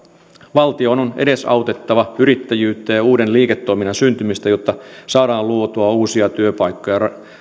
valtion on edesautettava yrittäjyyttä ja uuden liiketoiminnan syntymistä jotta saadaan luotua uusia työpaikkoja